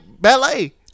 Ballet